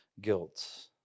guilt